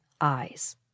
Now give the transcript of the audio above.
eyes